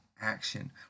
action